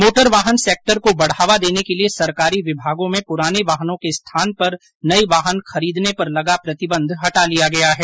motor वाहन sector को बढ़ावा देने के लिए सरकारी विभागों में पुराने वाहनों के स्थान पर नए वाहन खरीदने पर लगा प्रतिबंध हटा लिया गया है